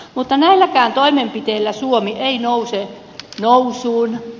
mutta näilläkään toimenpiteillä suomi ei nouse nousuun